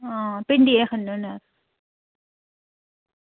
आं भिंडियां खन्नै होने अस